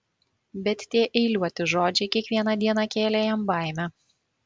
bet tie eiliuoti žodžiai kiekvieną dieną kėlė jam baimę